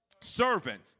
Servant